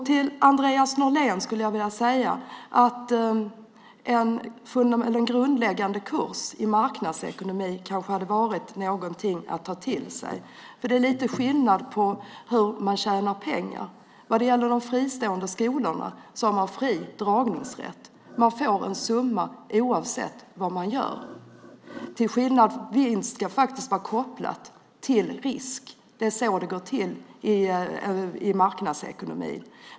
Till Andreas Norlén skulle jag vilja säga att en grundläggande kurs i marknadsekonomi kanske hade varit någonting att ta till sig. Det är lite skillnad på hur man tjänar pengar. De fristående skolorna har fri dragningsrätt. Man får en summa oavsett vad man gör. Men vinst ska faktiskt vara kopplad till risk. Det är så det går till i marknadsekonomin.